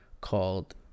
called